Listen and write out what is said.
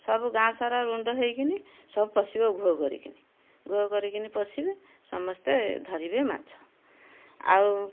ସବୁ ଗାଁ ସାରା ରୁଣ୍ଡ ହେଇକିନି ସବୁ ପଶିବ ଘୋ କରିକିନି ଘୋ କରିକିନି ପଶିବେ ସମସ୍ତେ ଧରିବେ ମାଛ ଆଉ